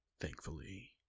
Thankfully